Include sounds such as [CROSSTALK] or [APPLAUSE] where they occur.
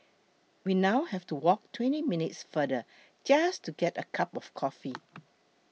we now have to walk twenty minutes farther just to get a cup of coffee [NOISE]